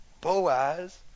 Boaz